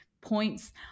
points